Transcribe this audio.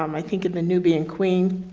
um i think in the nubian queen